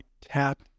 tap